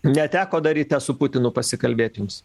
neteko dar ryte su putinu pasikalbėt jums